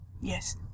Yes